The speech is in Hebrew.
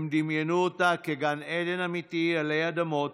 הם דמיינו אותה כגן עדן אמיתי עלי אדמות